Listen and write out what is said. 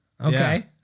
okay